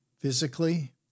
physically